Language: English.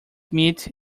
meat